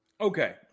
okay